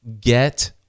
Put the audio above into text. get